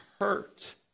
hurt